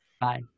Bye